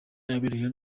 yabereye